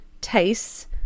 tastes